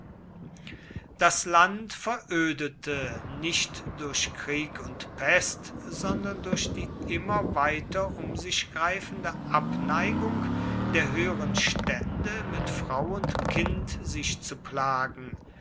das land verödete nicht durch krieg und pest sondern durch die immer weiter um sich greifende abneigung der höheren stände mit frau und kindern sich zu plagen